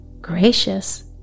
Gracious